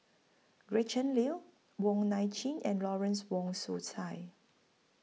Gretchen Liu Wong Nai Chin and Lawrence Wong Shyun Tsai